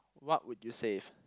what would you save